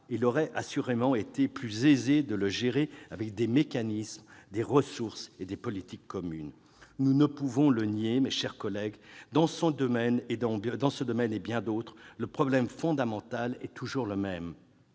il aurait assurément été plus aisé de le gérer avec des mécanismes, des ressources et des politiques communes. Nous ne pouvons le nier, mes chers collègues, dans ce domaine et bien d'autres, le problème fondamental est toujours le même